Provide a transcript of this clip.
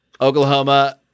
Oklahoma